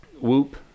whoop